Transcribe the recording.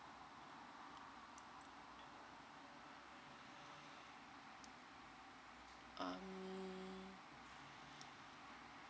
um